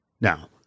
Now